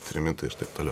trimitai ir taip toliau